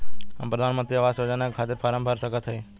हम प्रधान मंत्री आवास योजना के खातिर फारम भर सकत हयी का?